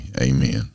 Amen